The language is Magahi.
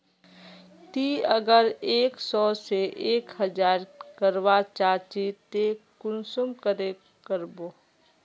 ती अगर एक सो से एक हजार करवा चाँ चची ते कुंसम करे करबो?